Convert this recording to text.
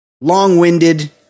long-winded